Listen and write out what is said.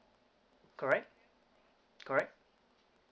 correct correct